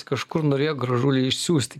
kažkur norėjo gražulį išsiųsti